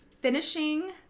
finishing